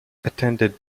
attended